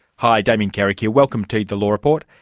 hi, damien carrick here, welcome to the law report.